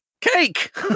cake